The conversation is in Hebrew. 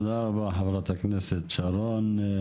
תודה רבה חברת הכנסת שרון.